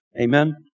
Amen